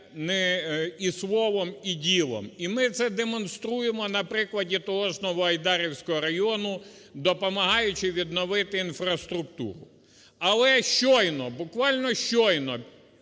і слово, і ділом. І ми це демонструємо на прикладі того жНовоайдарського району, допомагаючи відновити інфраструктуру. Але щойно, буквально щойно,